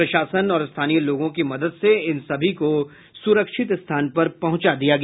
प्रशासन और स्थानीय लोगों की मदद से इन सभी को सुरक्षित स्थान पर पहुंच दिया गया